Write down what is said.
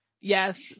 Yes